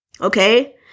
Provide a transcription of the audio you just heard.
Okay